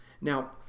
Now